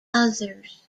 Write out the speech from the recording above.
others